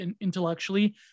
intellectually